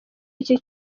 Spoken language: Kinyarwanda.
iki